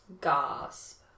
gasp